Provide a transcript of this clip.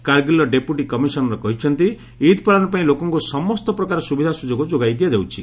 କାର୍ଗିଲ୍ର deputy commissioner କହିଛନ୍ତି ଇଦ୍ ପାଳନ ପାଇଁ ଲୋକଙ୍କୁ ସମସ୍ତ ପ୍ରକାର ସୁବିଧା ସୁଯୋଗ ଯୋଗାଇ ଦିଆଯାଉଛି